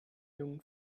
jungen